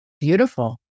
Beautiful